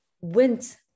went